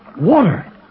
Water